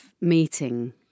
meeting